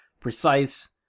precise